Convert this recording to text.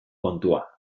kontua